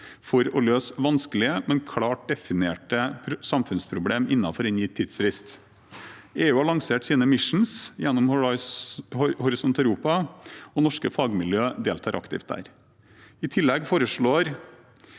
for å løse vanskelige, men klart definerte, samfunnsproblem innenfor en gitt tidsfrist. EU har lansert sine «missions» gjennom Horisont Europa, og norske fagmiljø deltar aktivt der. I tillegg foreslår